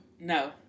no